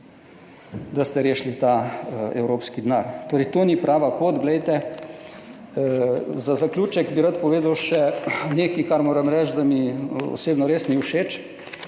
da boste rešili ta evropski denar. To ni prava pot. Za zaključek bi rad povedal še nekaj, kar moram reči, da mi osebno res ni všeč.